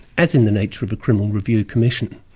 as in the nature of a criminal review commission,